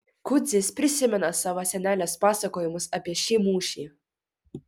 kudzys prisimena savo senelės pasakojimus apie šį mūšį